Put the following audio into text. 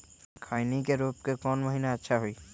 खैनी के रोप के कौन महीना अच्छा है?